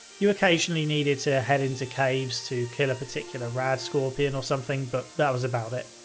you occasionally needed to head into caves to kill a particular radscorpian or something, but that was about it.